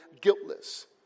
guiltless